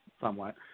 somewhat